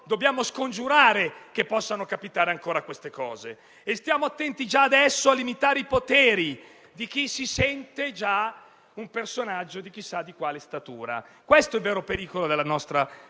dobbiamo scongiurare la possibilità che accadano ancora queste cose e stiamo attenti già adesso a limitare i poteri di chi si sente già un personaggio di chissà quale statura. Questo è il vero pericolo per la nostra